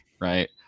right